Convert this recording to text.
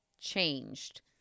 changed